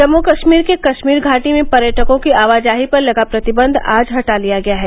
जम्मू कश्मीर के कश्मीर घाटी में पर्यटकों की आवाजाही पर लगा प्रतिबंध आज हटा लिया गया है